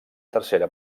tercera